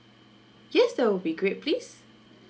yes that will be great please